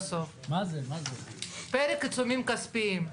לגבי סעיף (ג1),